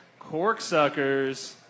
Corksuckers